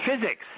physics